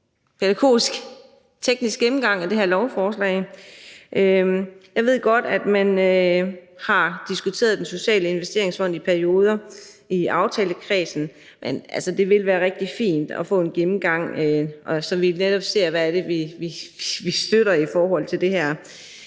pædagogisk teknisk gennemgang af det her lovforslag. Jeg ved godt, at man i aftalekredsen i perioder har diskuteret Den Sociale Investeringsfond, men det vil altså være rigtig fint at få en gennemgang, så vi netop ser, hvad det er, vi støtter i forhold til det her,